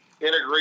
integrate